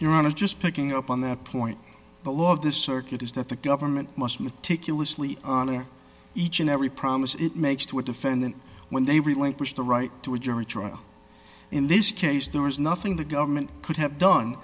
your own is just picking up on that point but love this circuit is that the government must meticulously honor each and every promise it makes to a defendant when they relinquish the right to a jury trial in this case there is nothing the government could have done